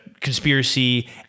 conspiracy